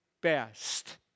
best